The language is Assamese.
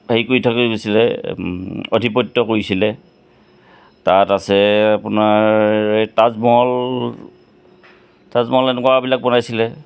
হেৰি কৰি থৈ গৈছিলে আধিপত্য কৰিছিলে তাত আছে আপোনাৰ তাজমহল তাজমহল এনেকুৱাবিলাক বনাইছিলে